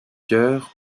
chœur